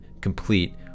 complete